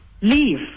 leave